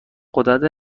غدد